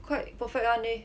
quite perfect [one] leh